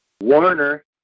Warner